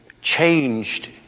changed